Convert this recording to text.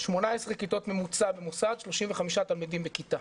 18 כיתות בממוצע במוסד, 35 תלמידים בכיתה.